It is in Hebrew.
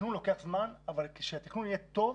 תכנון לוקח זמן אבל כדי שהתכנון יהיה טוב,